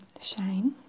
shine